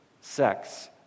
sex